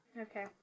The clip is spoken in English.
Okay